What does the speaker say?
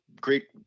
great